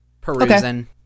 perusing